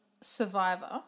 Survivor